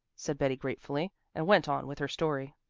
said betty gratefully, and went on with her story.